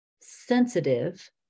sensitive